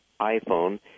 iPhone